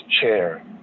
chair